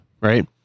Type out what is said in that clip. right